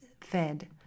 fed